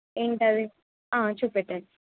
ఏమిటి అది ఆ చూపేట్టండి